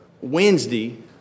Wednesday